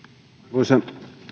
arvoisa